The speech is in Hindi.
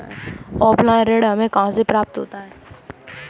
ऑफलाइन ऋण हमें कहां से प्राप्त होता है?